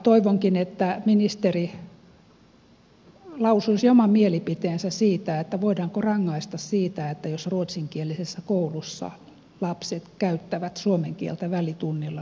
toivonkin että ministeri lausuisi oman mielipiteensä siitä voidaanko rangaista siitä jos ruotsinkielisessä koulussa lapset käyttävät suomen kieltä välitunnilla